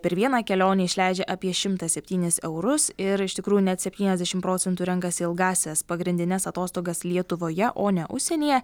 per vieną kelionę išleidžia apie šimtą septynis eurus ir iš tikrųjų net septyniasdešim procentų renkasi ilgąsias pagrindines atostogas lietuvoje o ne užsienyje